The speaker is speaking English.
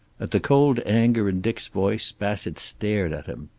at the cold anger in dick's voice bassett stared at him.